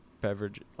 beverage